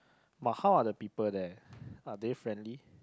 but how are the people there are they friendly